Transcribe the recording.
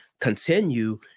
continue